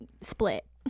split